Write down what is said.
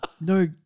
No